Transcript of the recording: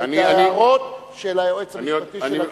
ואת ההערות של היועץ המשפטי של הכנסת.